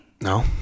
No